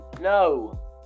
No